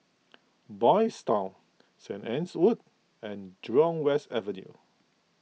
Boys' Town Saint Anne's Wood and Jurong West Avenue